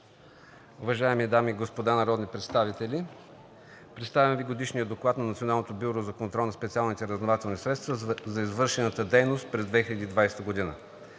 Уважаеми дами и господа народни представители! Представям Ви: „Годишен доклад на Националното бюро за контрол на специалните разузнавателни средства за извършена дейност през 2020 г.